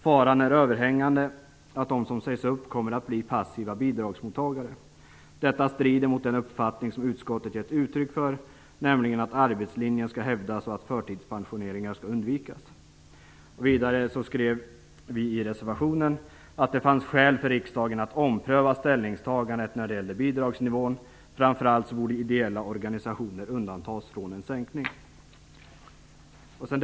Faran är överhängande att de som sägs upp kommer att bli passiva bidragsmottagare. Detta strider mot den uppfattning som utskottet gett uttryck för, nämligen att arbetslinjen skall hävdas och att förtidspensioneringar skall undvikas." Vidare skrev vi i reservationen att det fanns skäl för riksdagen att ompröva ställningstagandet när det gällde bidragsnivån. Framför allt borde ideella organisationer undantas från en sänkning. Fru talman!